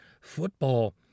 Football